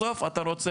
בסוף אתה צריך